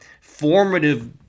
formative